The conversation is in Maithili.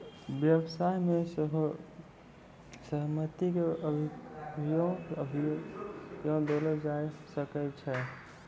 व्यवसाय मे सेहो सहमति के कभियो कभियो देलो जाय सकै छै